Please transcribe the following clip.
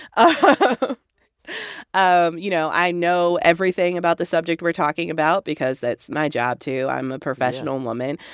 um um you know, i know everything about the subject we're talking about because that's my job to. i'm a professional woman.